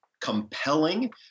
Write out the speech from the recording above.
compelling